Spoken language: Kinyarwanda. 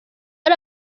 ari